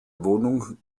wohnung